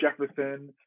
Jefferson